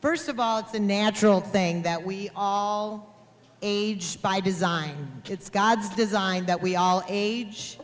first of all it's a natural thing that we all age by design it's god's design that we all age